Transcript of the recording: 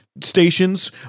stations